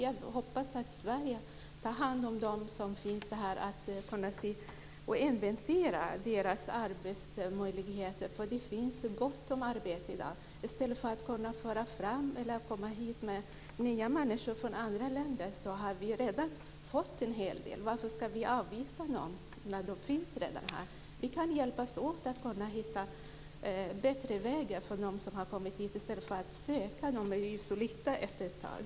Jag hoppas att Sverige tar hand om dem och inventerar deras arbetsmöjligheter, eftersom det finns gott om arbete i dag, i stället för att man tar in nya människor från andra länder. Vi har ju redan fått hit en hel del människor. Varför ska vi avvisa någon när dessa människor redan finns här? Vi kan hjälpas åt att hitta bättre vägar för dem som har kommit hit i stället för att med ljus och lykta söka efter människor.